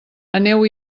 aneu